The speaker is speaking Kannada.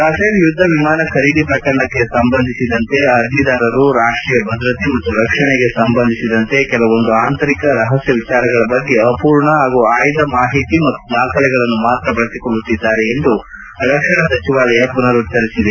ರಫೇಲ್ ಯುದ್ದ ವಿಮಾನ ಖರೀದಿ ಪ್ರಕರಣಕ್ಕ ಸಂಬಂಧಿಸಿದಂತೆ ಅರ್ಜಿದಾರರು ರಾಷ್ವೀಯ ಭದ್ರತೆ ಮತ್ತು ರಕ್ಷಣೆಗೆ ಸಂಬಂಧಿಸಿದಂತೆ ಕೆಲವೊಂದು ಆಂತರಿಕ ರಹಸ್ಕ ವಿಚಾರಗಳ ಬಗ್ಗೆ ಆರ್ಮೂರ್ಣ ಪಾಗೂ ಆಯ್ದ ಮಾಹಿತಿ ಮತ್ತು ದಾಖಲೆಗಳನ್ನು ಮಾತ್ರ ಬಳಸಿಕೊಳ್ಳುತ್ತಿದ್ದಾರೆ ಎಂದು ರಕ್ಷಣಾ ಸಚಿವಾಲಯ ಮನರುಚ್ಚರಿಸಿದೆ